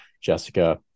Jessica